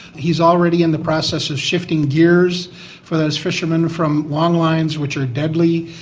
he is already in the process of shifting gears for those fishermen from long lines, which are deadly,